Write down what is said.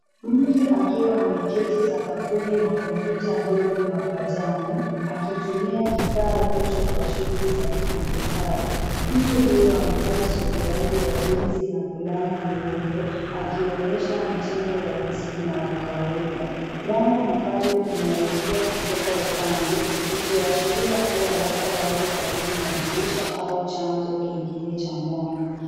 Mtu akiwa ameketi sakafuni na kompyuta ndogo mapajani akitumia kifaa hicho kwa shughuli za kidijitali. Mtu huyu amevaa suruali ya jinsi na fulana nyeupe akionyesha mtindo rahisi na wa kawaida. Mwanga mkali unaingia kutoka upande ukiashiria labda wako karibu na dirisha au chanzo kingine cha mwanga.